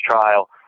trial